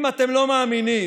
אם אתם לא מאמינים,